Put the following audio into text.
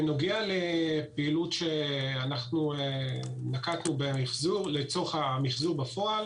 בנוגע לפעילות שאנחנו נקטנו לצורך המיחזור בפועל